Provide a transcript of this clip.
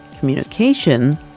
communication